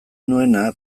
nuena